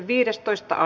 asia